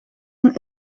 een